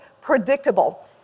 predictable